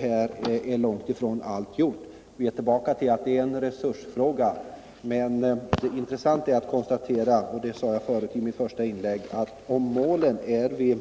Här är långt ifrån allt gjort, men vi kommer tillbaka till att det är en resursfråga. Intressant är — som jag sade i mitt första inlägg — att konstatera att om målen är vi